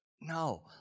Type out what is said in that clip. no